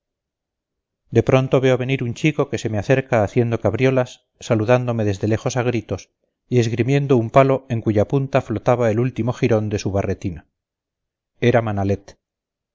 de pronto veo venir un chico que se me acerca haciendo cabriolas saludándome desde lejos a gritos y esgrimiendo un palo en cuya punta flotaba el último jirón de su barretina era manalet